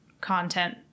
content